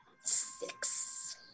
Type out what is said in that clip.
Six